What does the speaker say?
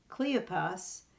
Cleopas